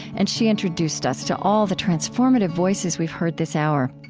and she introduced us to all the transformative voices we've heard this hour.